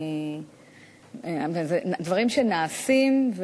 אלה דברים שנעשים,